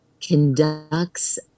conducts